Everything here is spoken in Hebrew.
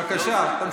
בבקשה, תמשיכי.